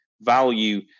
value